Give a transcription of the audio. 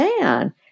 man